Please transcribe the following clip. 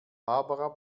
barbara